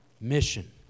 mission